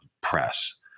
press